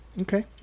Okay